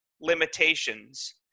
limitations